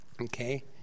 Okay